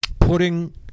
Putting